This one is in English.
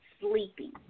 sleeping